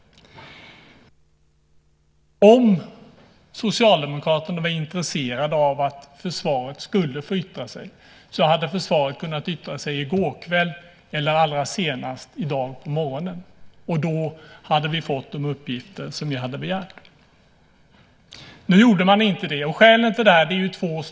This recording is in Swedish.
Om Socialdemokraterna hade varit intresserade av att försvaret skulle få yttra sig hade försvaret kunnat yttra sig i går kväll eller allra senast i dag på morgonen, och då hade vi fått de uppgifter som vi hade begärt. Nu gjorde man inte det. Skälen till detta är två.